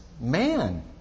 man